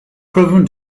proven